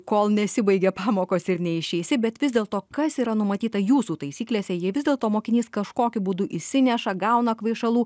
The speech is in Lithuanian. kol nesibaigė pamokos ir neišeisi bet vis dėlto kas yra numatyta jūsų taisyklėse jei vis dėlto mokinys kažkokiu būdu įsineša gauna kvaišalų